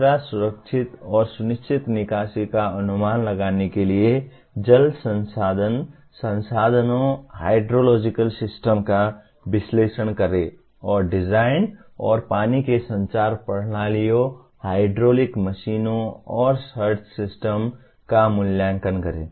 तीसरा सुरक्षित और सुनिश्चित निकासी का अनुमान लगाने के लिए जल संसाधन संसाधनों हाइड्रोलॉजिकल सिस्टम का विश्लेषण करें और डिजाइन और पानी के संचार प्रणालियों हाइड्रोलिक मशीनों और सर्ज सिस्टम का मूल्यांकन करें